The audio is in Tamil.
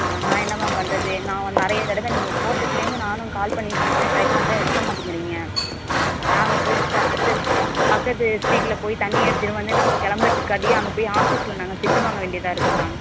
ஆ நான் என்ன மேம் பண்ணுறது நான் நிறையா தடவை நீங்கள் போட்டதுலேருந்து நானும் கால் பண்ணிக்கிட்ருக்கேன் ட்ரை பண்ணுறேன் எடுக்க மாட்டிங்கிறீங்க நாங்க போய் பக்கத்தில் பக்கத்து ஸ்ட்ரீடில் போய் தண்ணி எடுத்துகிட்டு வந்து நாங்கள் கிளம்புறதுக்காடி அங்கே போய் ஆஃபீஸில் நாங்கள் திட்டு வாங்க வேண்டியதாக இருக்குது மேம்